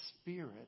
Spirit